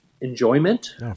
enjoyment